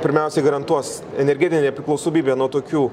pirmiausiai garantuos energetinę nepriklausomybę nuo tokių